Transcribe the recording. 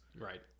Right